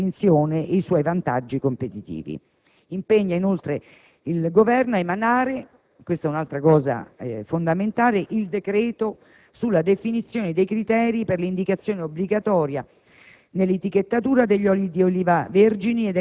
che fonda sulla qualità e sulla distinzione i suoi vantaggi competitivi». Si impegna inoltre il Governo «ad emanare» - e questo è un altro punto fondamentale - «il decreto sulla definizione dei criteri per l'indicazione obbligatoria